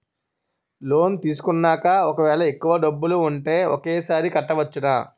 Loan తీసుకున్నాక ఒకవేళ ఎక్కువ డబ్బులు ఉంటే ఒకేసారి కట్టవచ్చున?